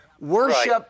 Worship